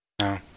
No